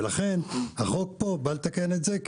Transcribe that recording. ולכן, החוק פה בא לתקן את זה.